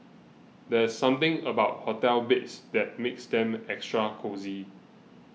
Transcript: there's something about hotel beds that makes them extra cosy